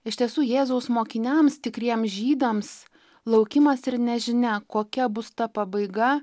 iš tiesų jėzaus mokiniams tikriems žydams laukimas ir nežinia kokia bus ta pabaiga